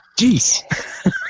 Jeez